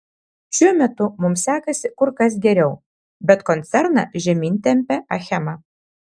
šiuo metu mums sekasi kur kas geriau bet koncerną žemyn tempia achema